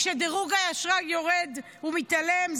כשדירוג האשראי יורד, הוא מתעלם.